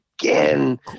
again